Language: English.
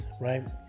right